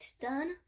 done